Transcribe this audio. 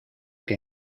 que